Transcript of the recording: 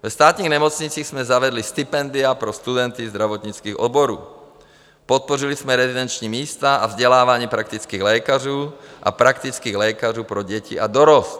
Ve státních nemocnicích jsme zavedli stipendia pro studenty zdravotnických oborů, podpořili jsme rezidenční místa a vzdělávání praktických lékařů a praktických lékařů pro děti a dorost.